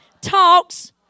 talks